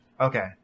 Okay